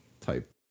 type